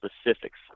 specifics